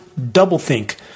doublethink